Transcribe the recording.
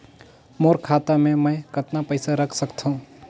मोर खाता मे मै कतना पइसा रख सख्तो?